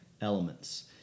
elements